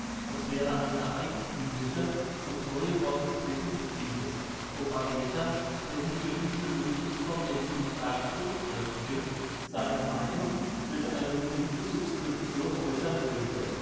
es wäre eine eigenthümliche und neue form des plebiscites wobei jeder der sich für diese lösungsform der judenfrage aussprechen will seine meinung durch eine bedingte subscription äussern könnte